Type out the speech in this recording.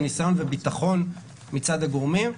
ניסיון וביטחון מצד הגורמים,